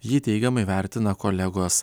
jį teigiamai vertina kolegos